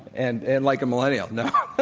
and and like a millennial. no. but